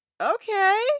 okay